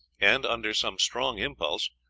and, under some strong impulse,